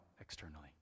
externally